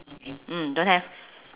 mm don't have